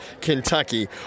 Kentucky